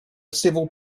civil